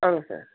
ஆமாம் சார்